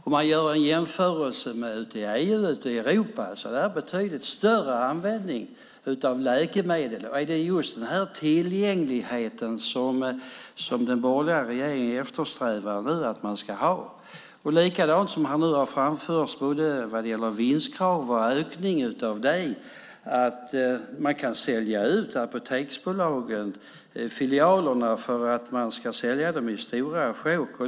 Om man gör en jämförelse med i EU och i Europa är det en betydligt större användning av läkemedel. Det gäller just den tillgänglighet som den borgerliga regeringen eftersträvar att man ska ha. Likadant gäller det vinstkrav och ökning av det. Man kan sälja ut filialerna i Apoteksbolaget och sälja dem i stora sjok.